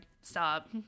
stop